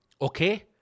okay